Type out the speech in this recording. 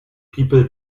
people